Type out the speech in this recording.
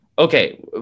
Okay